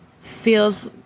feels